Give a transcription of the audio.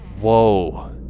Whoa